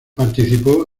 participó